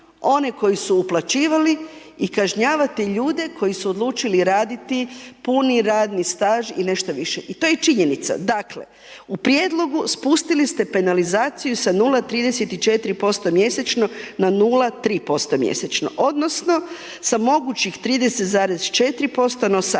one koji su uplaćivali i kažnjavate ljude koji su odlučili raditi puni radni staž i nešto više. I to je činjenica. Dakle, u prijedlogu spustili ste penalizaciju sa 0,34% mjesečno na 0,3% mjesečno odnosno sa mogućih 30,4% na 18%,